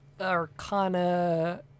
arcana